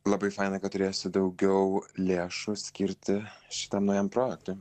labai faina kad turėsiu daugiau lėšų skirti šitam naujam projektui